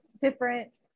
different